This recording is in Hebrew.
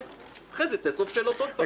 באופן טבעי נחשוב אולי זה